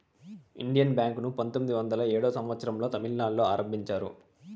Indian Bank ను పంతొమ్మిది వందల ఏడో సంవచ్చరం లో తమిళనాడులో ఆరంభించారు